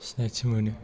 सिनायथि मोनो